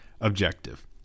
objective